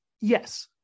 Yes